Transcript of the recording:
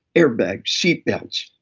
airbags, seat belts,